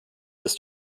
des